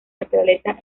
naturaleza